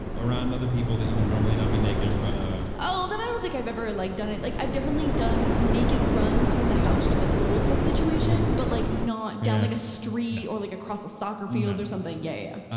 around other people that you would normally not be naked in front of? then i don't think i've ever like done it. like i've definitely done naked runs from the house to the pool type situation, but like not down like a street or like across a soccer field or something, yeah yeah.